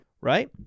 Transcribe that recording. right